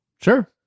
Sure